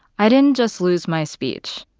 i didn't just lose my speech.